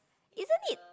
isn't it